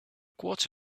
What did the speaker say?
quart